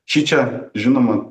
šičia žinoma